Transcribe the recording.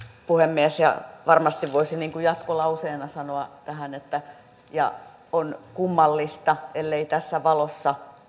puhemies varmasti voisin jatkolauseena sanoa tähän että on kummallista jos tässä valossa